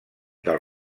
del